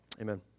Amen